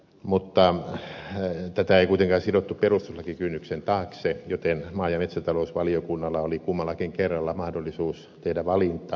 mutta tätä ei kuitenkaan sidottu perustuslakikynnyksen taakse joten maa ja metsätalousvaliokunnalla oli kummallakin kerralla mahdollisuus tehdä valinta